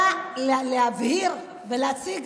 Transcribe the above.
יושב ואתה מתייפייף,